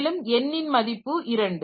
மேலும் n ன் மதிப்பு 2